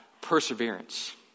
perseverance